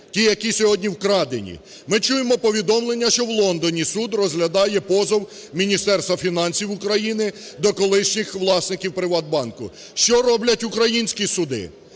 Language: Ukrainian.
ті, які сьогодні вкрадені. Ми чуємо повідомлення, що в Лондоні суд розглядає позов Міністерства фінансів України до колишніх власників "ПриватБанку". Що роблять українські суди?